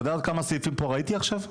אתה יודע כמה סעיפים פה ראיתי עכשיו?